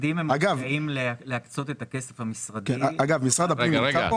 המשרדים רשאים להקצות את הכסף המשרדי --- משרד הפנים נמצא פה?